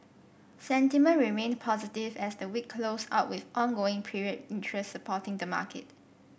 sentiment remained positive as the week closed out with ongoing period interest supporting the market